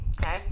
Okay